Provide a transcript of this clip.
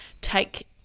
take